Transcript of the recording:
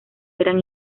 eran